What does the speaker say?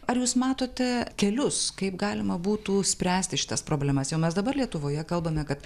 ar jūs matote kelius kaip galima būtų spręsti šitas problemas jau mes dabar lietuvoje kalbame kad